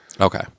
Okay